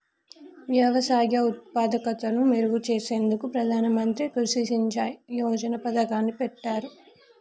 వ్యవసాయ ఉత్పాదకతను మెరుగు చేసేందుకు ప్రధాన మంత్రి కృషి సించాయ్ యోజన పతకాన్ని పెట్టారు